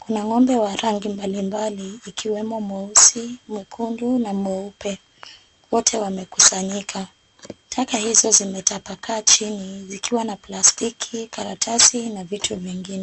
Kuna ng'ombe wa rangi mbali mbali, ikiwemo mweusi, mwekundu na mweupe. Wote wamekusanyika. Taka hizo zimetapakaa chini zikiwa na plastiki, karatasi na vitu vingine.